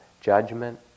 judgment